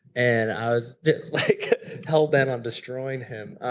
and i was just like hell-bent on destroying him,